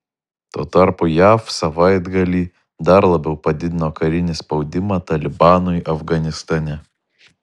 tuo tarpu jav savaitgalį dar labiau padidino karinį spaudimą talibanui afganistane